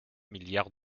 milliard